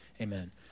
Amen